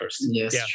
Yes